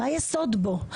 מה יסוד בו?